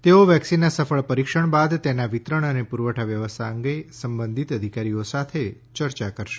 તેઓ વેકસીનના સફળ પરીક્ષણ બાદ તેના વિતરણ અને પુરવઠા વ્યવસ્થા અંગે સંબંધિત અધિકારીઓ સાથે યર્યા કરશે